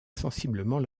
sensiblement